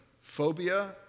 Phobia